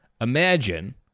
imagine